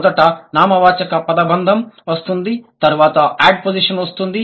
మొదట నామవాచక పదబంధం వస్తుంది తరువాత యాడ్పోస్జిషన్ వస్తుంది